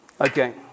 Okay